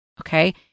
Okay